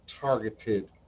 targeted